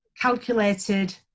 calculated